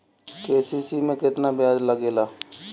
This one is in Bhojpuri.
के.सी.सी में केतना ब्याज लगेला?